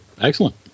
Excellent